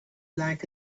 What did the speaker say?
like